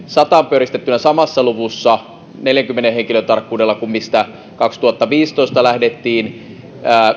sataan pyöristettynä samassa luvussa neljänkymmenen henkilön tarkkuudella kuin mistä kaksituhattaviisitoista lähdettiin